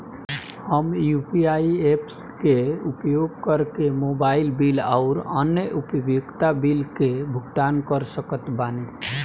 हम UPI apps के उपयोग करके मोबाइल बिल आउर अन्य उपयोगिता बिलन के भुगतान कर सकत बानी